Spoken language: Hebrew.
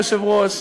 היושב-ראש,